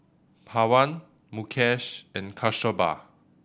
Pawan Mukesh and Kasturba